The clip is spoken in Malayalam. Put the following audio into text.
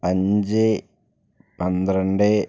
അഞ്ച് പന്ത്രണ്ട്